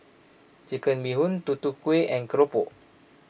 Chicken Bee Hoon Tutu Kueh and Keropok